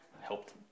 helped